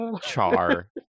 char